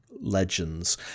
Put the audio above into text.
legends